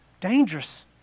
Dangerous